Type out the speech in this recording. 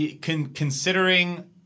Considering